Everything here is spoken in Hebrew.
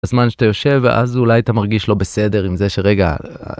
הזמן שאתה יושב ואז אולי אתה מרגיש לא בסדר עם זה שרגע.